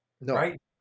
right